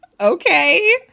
Okay